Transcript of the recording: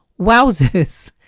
Wowzers